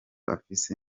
afise